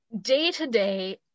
Day-to-day